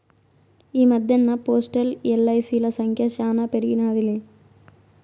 ఈ మద్దెన్న పోస్టల్, ఎల్.ఐ.సి.ల సంఖ్య శానా పెరిగినాదిలే